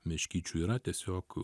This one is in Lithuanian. meškyčių yra tiesiog